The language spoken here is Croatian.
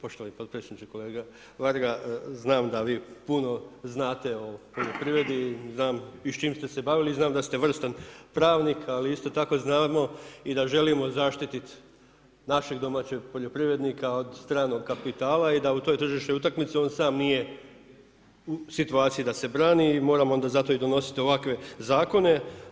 Poštovani potpredsjedniče, kolega Varga, znam da vi puno znate o poljoprivredi i znam s čim ste se bavili i znam da ste vrstan pravnik, ali isto tako znamo i da želimo zaštiti naše domaće poljoprivrednika od stranog kapitala i da u toj tržišnoj utakmici on sam nije u situaciji da se brani i moramo zato i donositi ovakve zakone.